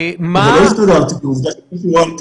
אבל אני אומר לך שאנחנו צריכים לאזן בין קיום דיון